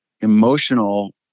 emotional